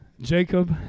Jacob